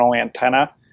antenna